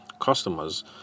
Customers